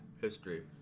history